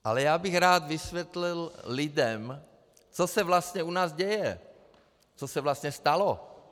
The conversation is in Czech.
Ale já bych rád vysvětlil lidem, co se vlastně u nás děje, co se vlastně stalo.